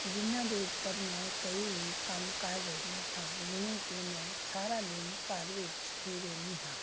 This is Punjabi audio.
ਜਿਨ੍ਹਾਂ ਦੇ ਉੱਪਰ ਮੈਂ ਕਈ ਵੀ ਕੰਮ ਕਰ ਰਹੀ ਹਾਂ ਜਿਵੇਂ ਕਿ ਮੈਂ ਸਾਰਾ ਦਿਨ ਘਰ ਵਿੱਚ ਹੀ ਰਹਿੰਦੀ ਹਾਂ